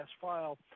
file